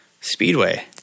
Speedway